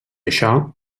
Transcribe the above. això